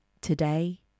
today